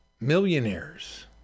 millionaires